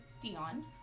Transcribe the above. Dion